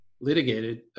litigated